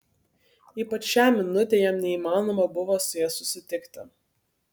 ypač šią minutę jam neįmanoma buvo su ja susitikti